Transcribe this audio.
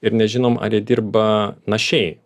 ir nežinom ar jie dirba našiai